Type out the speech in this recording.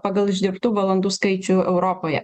pagal išdirbtų valandų skaičių europoje